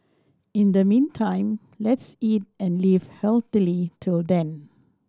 in the meantime let's eat and live healthily till then